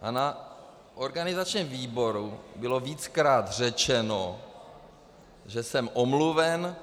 A na organizačním výboru bylo víckrát řečeno, že jsem omluven